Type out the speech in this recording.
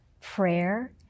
prayer